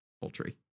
poultry